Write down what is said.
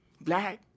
Black